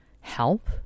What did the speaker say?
help